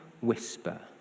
whisper